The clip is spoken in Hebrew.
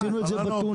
עשינו את זה בטונה,